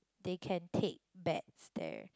they can take bets there